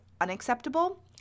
Unacceptable